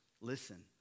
Listen